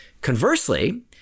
conversely